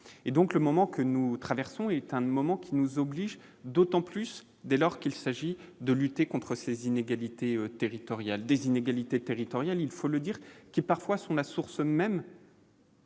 et donc le moment que nous traversons est un moment qui nous oblige d'autant plus dès lors qu'il s'agit de lutter contre ces inégalités territoriales des inégalités territoriales, il faut le dire, qui parfois sont la source même.